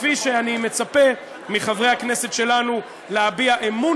כפי שאני מצפה מחברי הכנסת שלנו להביע אמון